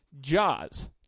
jaws